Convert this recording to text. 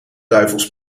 duivels